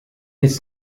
its